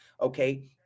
okay